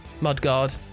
Mudguard